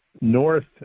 north